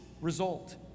result